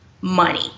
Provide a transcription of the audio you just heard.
money